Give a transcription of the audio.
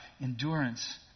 endurance